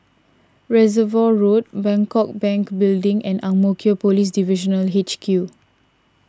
Reservoir Road Bangkok Bank Building and Ang Mo Kio Police Divisional H Q